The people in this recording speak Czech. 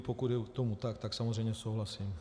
Pokud je tomu tak, samozřejmě souhlasím.